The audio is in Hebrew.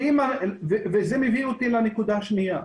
וזה מביא אותי לנקודה השנייה.